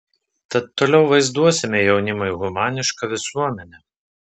tad toliau vaizduosime jaunimui humanišką visuomenę